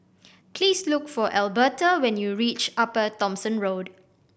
please look for Alberta when you reach Upper Thomson Road